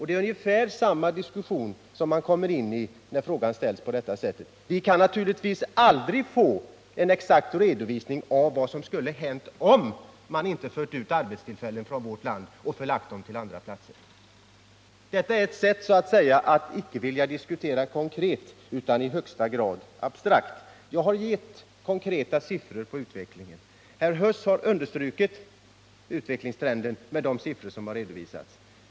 Det är ungefär samma diskussion man kommer in i när frågan ställs på detta sätt. Vi kan naturligtvis aldrig få en exakt redovisning av vad som skulle ha hänt om företagen inte hade fört ut arbetstillfällen från vårt land och förlagt dem till andra platser. Detta är ett sätt att icke vilja diskutera konkret utan i högsta grad abstrakt. Jag har gett konkreta siffror på utvecklingen. Herr Huss har understrukit utvecklingstrenden med de siffror som redovisats.